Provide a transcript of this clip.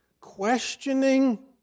questioning